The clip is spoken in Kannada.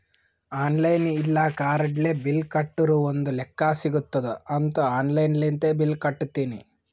ಆನ್ಲೈನ್ ಇಲ್ಲ ಕಾರ್ಡ್ಲೆ ಬಿಲ್ ಕಟ್ಟುರ್ ಒಂದ್ ಲೆಕ್ಕಾ ಸಿಗತ್ತುದ್ ಅಂತ್ ಆನ್ಲೈನ್ ಲಿಂತೆ ಬಿಲ್ ಕಟ್ಟತ್ತಿನಿ